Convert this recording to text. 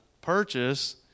purchase